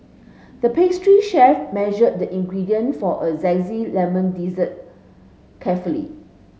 the pastry chef measured the ingredient for a zesty lemon dessert carefully